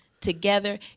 together